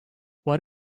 what